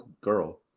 girl